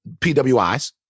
PWIs